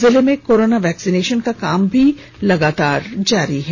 जिले में corona vaccination का काम भी लगातार जारी है